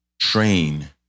train